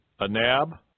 Anab